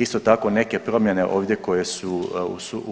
Isto tako, neke promjene ovdje koje su